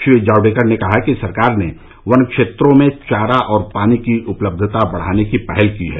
श्री जावडेकर ने कहा कि सरकार ने वन क्षेत्रों में चारा और पानी की उपलब्धता बढाने की पहल की है